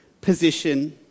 position